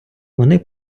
вони